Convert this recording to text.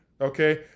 okay